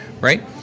Right